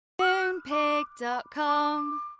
Moonpig.com